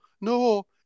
no